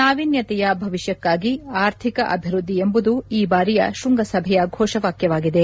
ನಾವೀನ್ಣತೆಯ ಭವಿಷ್ಣಕ್ಕಾಗಿ ಆರ್ಥಿಕ ಅಭಿವೃದ್ದಿ ಎಂಬುದು ಈ ಬಾರಿಯ ಶ್ಯಂಗಸಭೆಯ ಘೋಷವಾಕ್ಲವಾಗಿದೆ